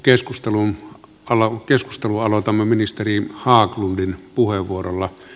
keskustelun aloitamme ministeri haglundin puheenvuorolla